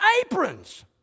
aprons